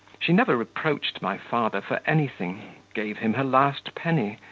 she never reproached my father for anything, gave him her last penny,